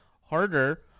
harder